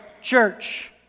church